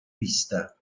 pista